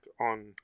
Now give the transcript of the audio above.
on